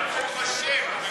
ברוך השם.